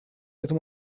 этом